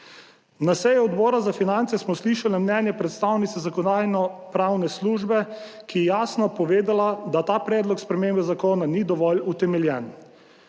Na seji Odbora za finance smo slišali mnenje predstavnice Zakonodajno-pravne službe, ki je jasno povedala, da ta predlog spremembe zakona ni dovolj utemeljen.